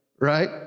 right